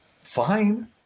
fine